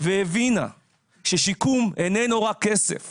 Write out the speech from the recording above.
והבינה ששיקום איננו רק כסף